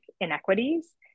inequities